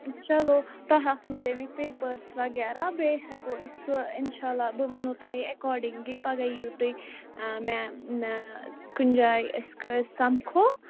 چلو تۄہہِ آسنو تمِکۍ پیپرٲرٕس وغیرہ بیٚیہِ ہٮ۪کو أسۍ سُہ اِنشااللہ بہٕ وَنہو تۄہہِ ایکارڈِنٛگلی پگاہ ییِو تُہۍ آ مےٚ مےٚ کُنہِ جایہِ أسۍ کَرو أسۍ سمکھو